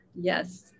Yes